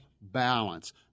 balance